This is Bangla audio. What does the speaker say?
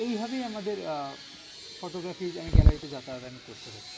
এইভাবেই আমাদের ফোটোগ্রাফির আমি গ্যালারিতে যাতায়াত আমি করতে থাকি